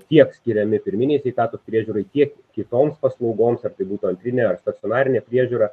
tiek skiriami pirminei sveikatos priežiūrai tiek kitoms paslaugoms ar tai būtų antrinė ar stacionarinė priežiūra